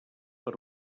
per